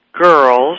girls